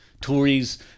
Tories